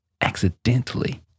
accidentally